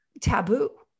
taboo